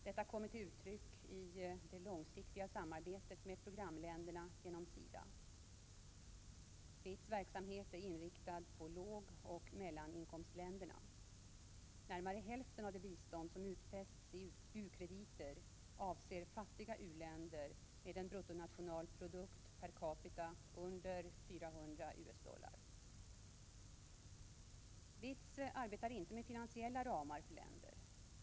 Detta kommer till uttryck i det långsiktiga samarbetet med programländerna genom SIDA. BITS verksamhet är inriktad på lågoch mellaninkomstländer. Närmare hälften av det bistånd som utfästs i u-krediter avser fattiga u-länder med en BNP per capita under 400 US dollar. BITS arbetar inte med finansiella ramar för länder.